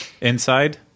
inside